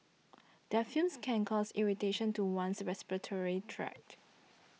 their fumes can cause irritation to one's respiratory tract